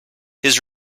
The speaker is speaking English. his